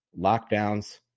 Lockdowns